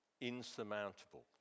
insurmountable